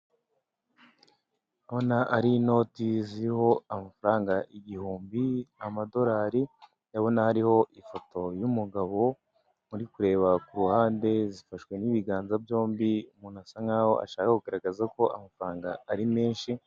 Ndabona ari inoti ziho amafaranga igihumbi, amadorari ndabona hariho ifoto y'umugabo uri kureba ku ruhande zifashwe n'ibiganza byombi, umuntu asa nkaho ashaka kugaragaza ko amafaranga ari menshi.